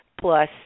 plus